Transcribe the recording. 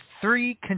three